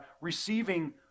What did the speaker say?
receiving